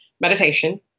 meditation